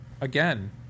Again